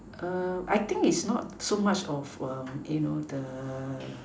I think is not so much of the